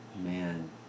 Man